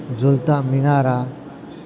ઝૂલતા મીનારા